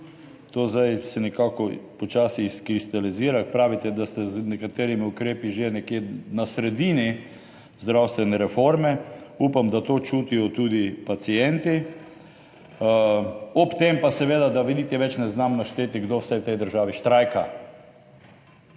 se nekako počasi izkristalizira. Pravite, da ste z nekaterimi ukrepi že nekje na sredini zdravstvene reforme, upam, da to čutijo tudi pacienti, ob tem pa seveda, da niti več ne znam našteti kdo vse v tej državi štrajka.